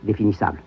définissable